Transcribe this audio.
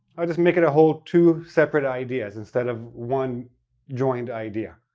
i would just make it a whole two separate ideas, instead of one joined idea.